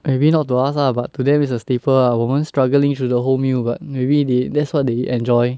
maybe not to us ah but to them it's a staple ah 我们 struggling through the whole meal but maybe they that's what they enjoy